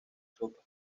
sopa